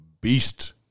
beast